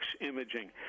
Imaging